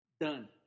done